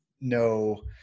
no